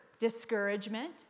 discouragement